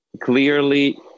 clearly